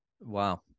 Wow